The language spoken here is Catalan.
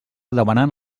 demanant